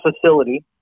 facility